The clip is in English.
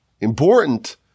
important